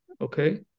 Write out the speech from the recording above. Okay